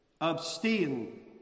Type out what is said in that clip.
Abstain